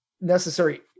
necessary